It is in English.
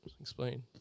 explain